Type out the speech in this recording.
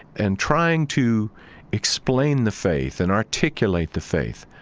and trying to explain the faith and articulate the faith,